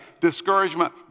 discouragement